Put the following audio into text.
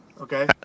Okay